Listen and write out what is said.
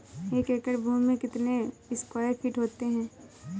एक एकड़ भूमि में कितने स्क्वायर फिट होते हैं?